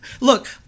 Look